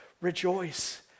Rejoice